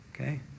okay